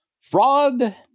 Fraud